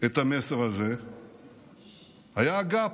את המסר הזה היה גא"פ,